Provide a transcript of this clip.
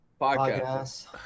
podcast